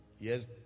Yes